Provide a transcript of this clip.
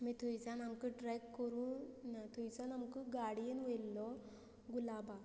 आमी थंयच्यान आमकां ट्रॅक करून ना थंयच्यान आमकां गाडयेन वयल्लो गुलाबा